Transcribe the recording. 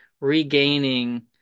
regaining